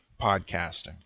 podcasting